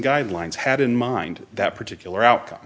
guidelines had in mind that particular outcome